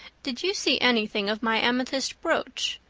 did you see anything of my amethyst brooch?